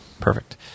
Perfect